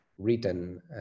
written